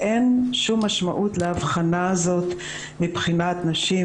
אין שום משמעות לאבחנה הזאת מבחינת נשים,